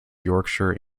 yorkshire